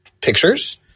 pictures